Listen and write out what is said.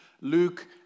Luke